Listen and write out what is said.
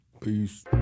Peace